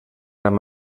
amb